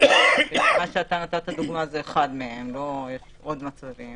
מה שאתה נתת לדוגמה זה אחד מהם ועוד מצבים